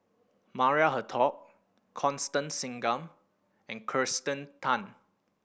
Maria Hertogh Constance Singam and Kirsten Tan